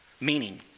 Meaning